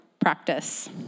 practice